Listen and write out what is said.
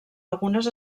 algunes